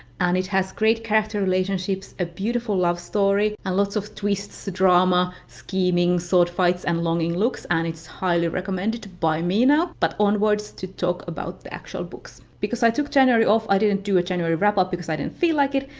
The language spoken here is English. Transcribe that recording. and it has great character relationships, a beautiful love story, and lots of twists, drama, scheming, sword fights, and longing looks, and it's highly recommended by me now. but onwards to talk about the actual books. because i took january off i didn't do a january wrap-up because i didn't feel like it,